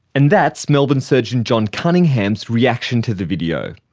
and that's melbourne surgeon john cunningham's reaction to the video.